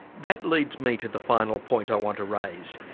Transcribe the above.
that leads me to the final point i want to raise.